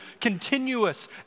continuous